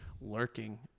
lurking